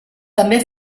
també